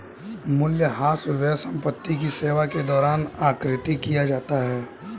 मूल्यह्रास व्यय संपत्ति की सेवा के दौरान आकृति किया जाता है